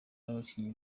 n’abakinnyi